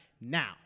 now